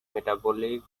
metabolic